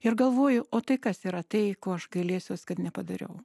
ir galvoju o tai kas yra tai ko aš gailėsiuos kad nepadariau